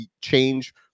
change